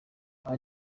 aho